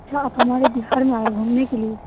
अच्छा आप हमारे बिहार में आए हैं घूमने के लिए